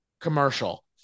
commercial